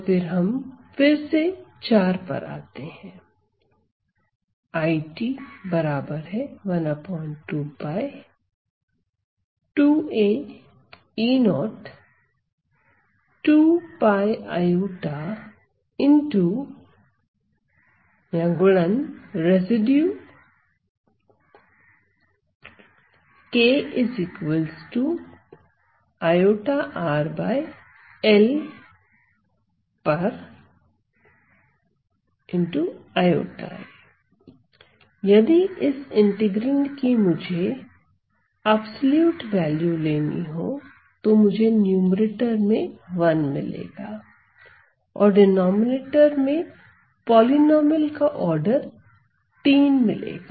तो हम फिर से पर आते हैं यदि इस इंटीग्रैंड की मुझे अब्सोल्युट वैल्यू लेनी हो तो मुझे न्यूमैरेटर में 1 मिलेगा और डिनॉमिनेटर में पॉलिनॉमियल का आर्डर 3 मिलेगा